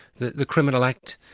the the criminal acts,